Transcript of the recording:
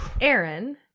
Aaron